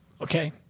Okay